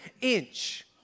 inch